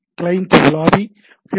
client உலாவி ஒரு H